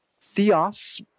Theos